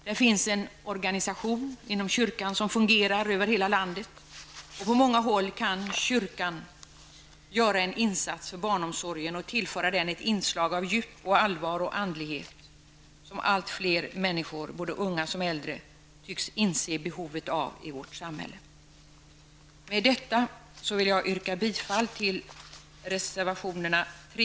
Det finns en organisation inom kyrkan som fungerar över hela landet, och på många håll kan kyrkan göra en insats för barnomsorgen och tillföra den ett inslag av djup, allvar och andlighet, som allt fler människor i vårt samhälle -- både unga och äldre -- tycks inse behovet av. Med detta vill jag yrka bifall till reservationerna 3,